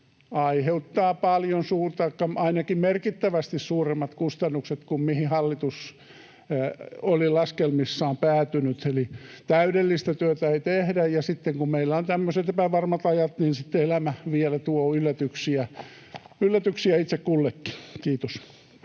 aiheuttaa merkittävästi suuremmat kustannukset kuin mihin hallitus oli laskelmissaan päätynyt. Eli täydellistä työtä ei tehdä, ja kun meillä on tämmöiset epävarmat ajat, niin sitten elämä vielä tuo yllätyksiä itse kullekin. — Kiitos.